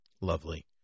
Lovely